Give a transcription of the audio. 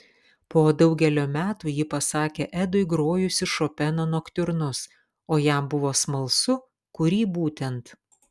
po daugelio metų ji pasakė edui grojusi šopeno noktiurnus o jam buvo smalsu kurį būtent